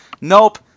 Nope